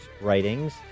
writings